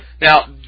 Now